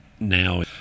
now